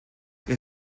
ihr